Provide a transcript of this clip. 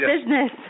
business